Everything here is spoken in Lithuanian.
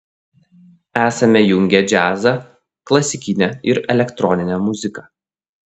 esame jungę džiazą klasikinę ir elektroninę muziką